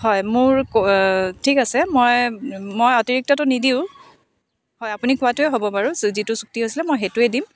হয় মোৰ ক ঠিক আছে মই মই অতিৰিক্তটো নিদিওঁ হয় আপুনি কোৱাটোৱে হ'ব বাৰু যিটো চুক্তি হৈছিলে মই সেইটোৱে দিম